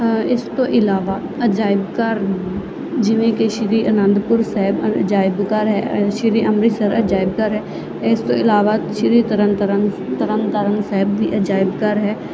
ਇਸ ਤੋਂ ਇਲਾਵਾ ਅਜਾਇਬ ਘਰ ਜਿਵੇਂ ਕਿ ਸ਼੍ਰੀ ਅਨੰਦਪੁਰ ਸਾਹਿਬ ਅਜਾਇਬ ਘਰ ਹੈ ਸ਼੍ਰੀ ਅੰਮ੍ਰਿਤਸਰ ਅਜਾਇਬ ਘਰ ਹੈ ਇਸ ਤੋਂ ਇਲਾਵਾ ਸ਼੍ਰੀ ਤਰਨ ਤਾਰਨ ਤਰਨ ਤਾਰਨ ਸਾਹਿਬ ਵੀ ਅਜਾਇਬ ਘਰ ਹੈ